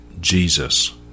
Jesus